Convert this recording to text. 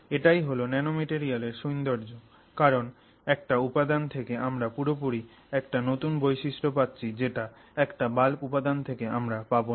এটাই হল ন্যানোমেটেরিয়ালের সৌন্দর্য কারণ একটা উপাদান থেকে আমরা পুরোপুরি একটা নতুন বৈশিষ্ট্য পাচ্ছি যেটা একটা বাল্ক উপাদান থেকে আমরা পাবো না